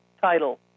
title